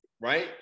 right